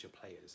players